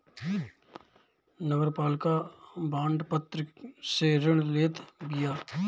नगरपालिका बांड पत्र से ऋण लेत बिया